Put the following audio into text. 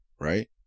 right